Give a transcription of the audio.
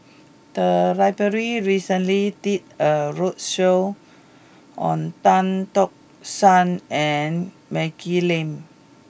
the library recently did a roadshow on Tan Tock San and Maggie Lim